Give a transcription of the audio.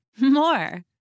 more